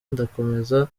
ndakomeza